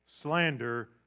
slander